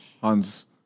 Hans